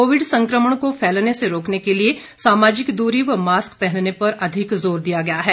Covid संक्रमण को फैलने से रोकने के लिए सामाजिक दूरी व मास्क पहनने पर अधिक जोर दिया गया है